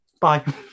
Bye